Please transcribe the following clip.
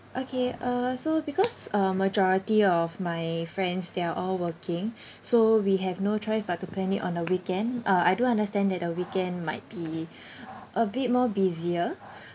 okay uh so because a majority of my friends they're all working so we have no choice but to plan it on a weekend uh I do understand that the weekend might be a bit more busier